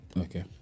Okay